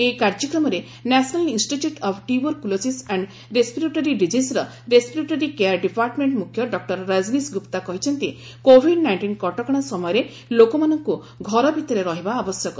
ଏହି କାର୍ଯ୍ୟକ୍ରମରେ national institute of tuberculosis and respiratory diseases respiratory care department ମୁଖ୍ୟ doctor Rajnish Gupta କହିଛନ୍ତି କୋଭିଡ୍ ନାଇଷ୍ଟିନ୍ କଟକଣା ସମୟରେ ଲୋକମାନଙ୍କୁ ଘର ଭିତରେ ରହିବା ଆବଶ୍ୟକ